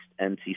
NC